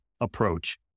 approach